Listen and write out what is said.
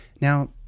Now